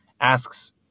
asks –